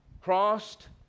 crossed